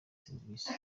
serivisi